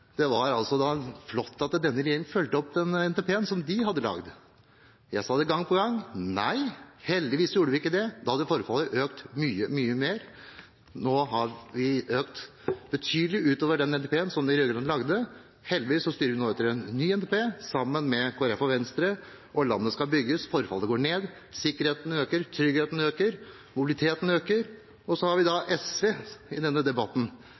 denne regjeringen fulgte opp den NTP-en som de hadde lagd. Jeg sa det gang på gang: Nei, heldigvis gjorde vi ikke det, da hadde forfallet økt mye, mye mer. Nå har vi økt betydelig utover den NTP-en som de rød-grønne lagde. Heldigvis styrer vi nå etter en ny NTP, sammen med Kristelig Folkeparti og Venstre. Landet skal bygges. Forfallet går ned, sikkerheten øker, tryggheten øker, mobiliteten øker. Så har vi SV i denne debatten,